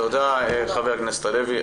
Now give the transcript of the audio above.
תודה חבר הכנסת הלוי.